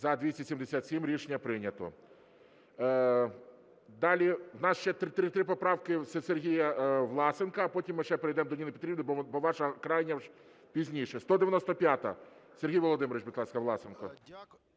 За-277 Рішення прийнято. Далі у нас ще три поправки Сергія Власенка, а потім ми ще перейдемо до Ніни Петрівни, бо ваша крайня пізніше. 195-а. Сергій Володимирович, будь ласка, Власенко.